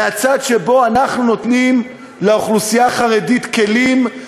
מהצד שבו אנחנו נותנים לאוכלוסייה החרדית כלים,